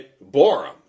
Borum